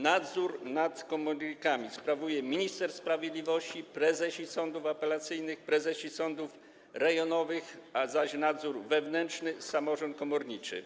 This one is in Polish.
Nadzór nad komornikami sprawuje minister sprawiedliwości, prezesi sądów apelacyjnych i prezesi sądów rejonowych, zaś nadzór wewnętrzny - samorząd komorniczy.